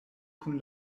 kun